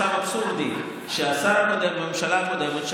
מצב אבסורדי: שהשר הקודם בממשלה הקודמת,